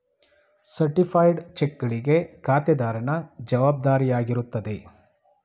certified ಚೆಕ್ಗಳಿಗೆ ಖಾತೆದಾರನ ಜವಾಬ್ದಾರಿಯಾಗಿರುತ್ತದೆ